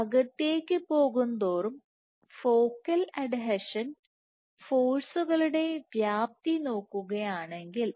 അകത്തേക്കു പോകുന്തോറുംഫോക്കൽ അഡ്ഹീഷൻ ഫോഴ്സുകളുടെ വ്യാപ്തി നോക്കുകയാണെങ്കിൽ